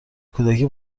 کودکی